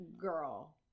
girl